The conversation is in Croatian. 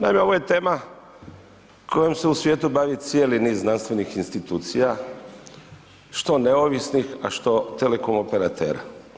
Naime, ovo je tema kojom se u svijetu bavi cijeli niz znanstvenih institucija što neovisnih, a što telekomoperatera.